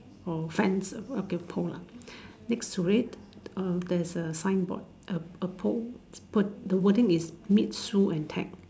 or fence okay pole lah next to it uh there's a signboard a a pole the wording is meet Sue and Ted